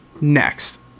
Next